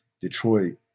Detroit